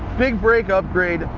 big break upgrade,